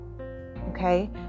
Okay